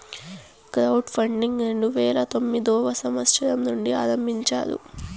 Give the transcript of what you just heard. crowd funding రెండు వేల తొమ్మిదవ సంవచ్చరం నుండి ఆరంభించారు